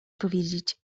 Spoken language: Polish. powiedzieć